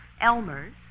Elmers